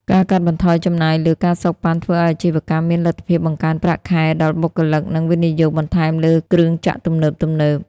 ការកាត់បន្ថយចំណាយលើ ការសូកប៉ាន់ ធ្វើឱ្យអាជីវកម្មមានលទ្ធភាពបង្កើនប្រាក់ខែដល់បុគ្គលិក និងវិនិយោគបន្ថែមលើគ្រឿងចក្រទំនើបៗ។